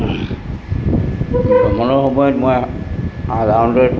সময়ে সময়ে মই সাধাৰণতে